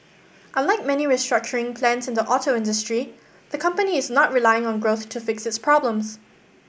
unlike many restructuring plans in the auto industry the company is not relying on growth to fix its problems